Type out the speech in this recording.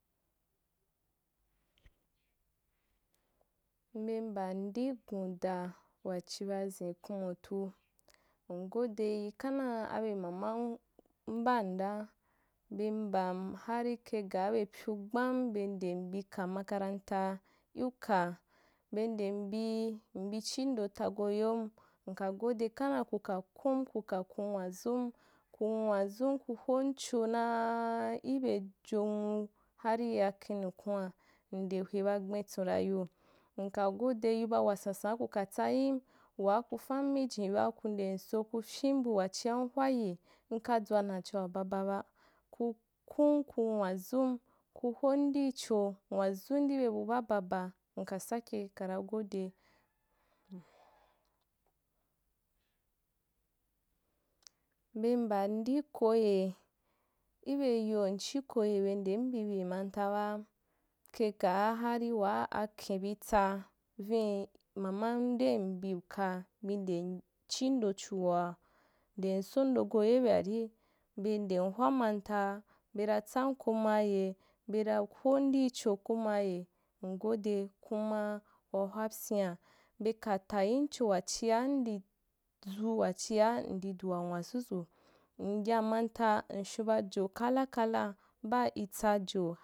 Be mbam di gunda, wachî baziu kumati, ngo deyi kha ndaa abe maman mbanda be mbam harî kaî gaa be pyu gbam be n dem bi ka makaranta, luka be ndem bii mbichiindo tagoyom, nka gode khanda kuka kum kuka kun nwa zum, ku nwazum ku homcho naaa ibe jonwu harî ya khenekhen’a, ndewe ba gben ra yiu, nka godeyiu ba wasansa’a kuka tsayim, waa ku fanmi jiu ba, kunden mso kupyimbu wachia mhwayi, nkadzwa nachoa bababa, ku kum ku nwazum, ku bondicho, nwazundi be bu baa baba nka sake kana gode, be mban do koye, ibe yoa nxhi koye be nde mmì bi manta baa kaī gaa harî waa akhen bi tsaa vin’i maman dem biuka bi ndem chi do chunoa, nden so ndo go yo ibe’arī, be ndem hwa manta, be natsam di ko maye, bena hondicho komaye, ngode kuma, wa hwapyin’a, beka tayim cho wachia ndizu wachia ndidu wa awazuzu, m ya manta nshon ba jo kala kala baa itsajo baa.